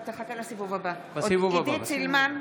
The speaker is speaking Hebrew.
נגד עידית סילמן,